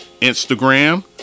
Instagram